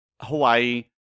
Hawaii